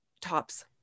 Tops